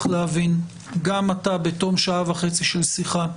להבין גם עתה בתום שעה וחצי של שיחה,